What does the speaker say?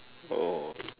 oh